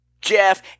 Jeff –